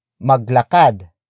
maglakad